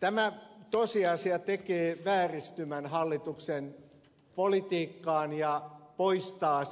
tämä tosiasia tekee vääristymän hallituksen politiikkaan ja poistaa